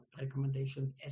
recommendations